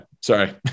Sorry